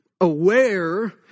aware